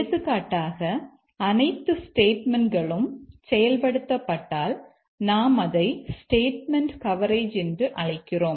எடுத்துக்காட்டாக அனைத்து ஸ்டேட்மெண்ட்களும் செயல்படுத்தப்பட்டால் நாம் அதை ஸ்டேட்மெண்ட் கவரேஜ் என்று அழைக்கிறோம்